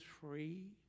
free